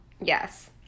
Yes